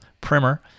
primer